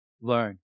learn